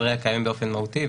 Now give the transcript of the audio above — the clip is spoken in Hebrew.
באופן מהותי.